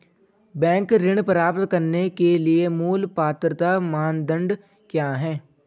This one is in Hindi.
बैंक ऋण प्राप्त करने के लिए मूल पात्रता मानदंड क्या हैं?